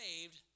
saved